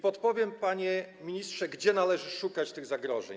Podpowiem, panie ministrze, gdzie należy szukać tych zagrożeń.